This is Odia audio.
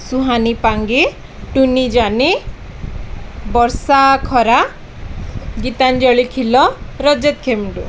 ସୁହାନୀ ପାଙ୍ଗେ ଟୁନି ଜାନି ବର୍ଷା ଖରା ଗୀତାଞ୍ଜଳି ଖିଲ ରଜତ ଖେମ୍ଡ଼ୁ